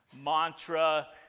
mantra